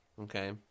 Okay